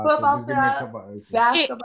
Basketball